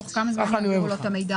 תוך כמה זמן יעבירו לו את המידע?